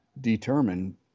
determine